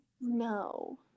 No